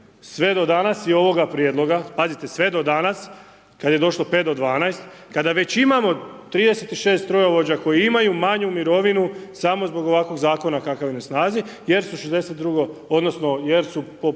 sve do danas i ovoga prijedloga, pazite sve do danas kada je došlo 5 do 12 kada već imamo 36 strojovođa koji imaju manju mirovinu samo zbog ovakvog zakona kakav je na snazi jer su 62, odnosno jer su po